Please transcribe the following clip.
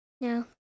No